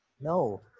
No